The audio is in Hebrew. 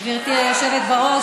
גברתי היושבת בראש,